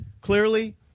clearly